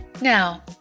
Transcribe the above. Now